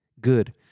good